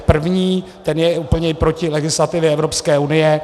První, ten je úplně i proti legislativě Evropské unie.